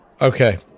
Okay